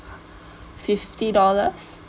fifty dollars